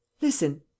Listen